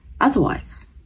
otherwise